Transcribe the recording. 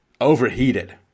overheated